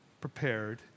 prepared